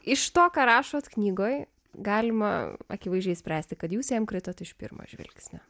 iš to ką rašote knygoje galima akivaizdžiai spręsti kad jūs jam kritote iš pirmo žvilgsnio